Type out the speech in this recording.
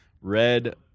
red